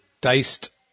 diced